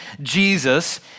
Jesus